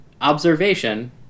observation